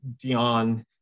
Dion